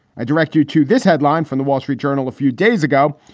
i direct you to this headline from the wall street journal a few days ago.